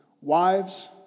Wives